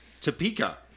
Topeka